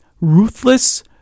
ruthless